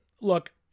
look